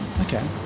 Okay